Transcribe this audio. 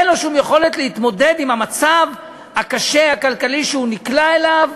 אין לו שום יכולת להתמודד עם המצב הכלכלי הקשה שהוא נקלע אליו,